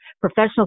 professional